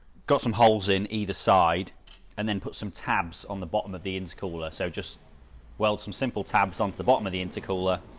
got some holes in either side and then put some tabs on the bottom of the intercooler, so just well some simple tabs on the bottom of the intercooler